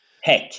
Heck